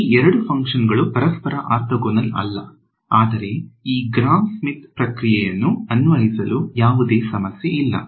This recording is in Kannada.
ಈ ಎರಡು ಫಂಕ್ಷನ್ಗಳು ಪರಸ್ಪರ ಆರ್ಥೋಗೋನಲ್ ಅಲ್ಲ ಆದರೆ ಈ ಗ್ರಾಮ್ ಸ್ಮಿತ್ ಪ್ರಕ್ರಿಯೆಯನ್ನು ಅನ್ವಯಿಸಲು ಯಾವುದೇ ಸಮಸ್ಯೆ ಇಲ್ಲ